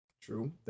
True